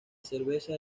cerveza